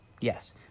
Yes